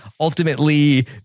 ultimately